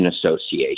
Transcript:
Association